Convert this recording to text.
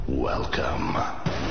Welcome